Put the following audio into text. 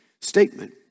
statement